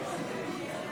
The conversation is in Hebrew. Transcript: הפחתת תקציב לא נתקבלו.